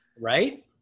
Right